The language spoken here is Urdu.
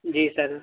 جی سر